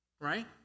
right